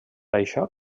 això